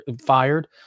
fired